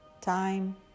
time